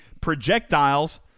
projectiles